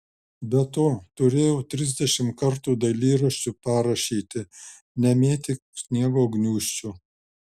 be to turėjau trisdešimt kartų dailyraščiu parašyti nemėtyk sniego gniūžčių